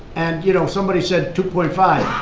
and, you know, somebody said two point five.